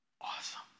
awesome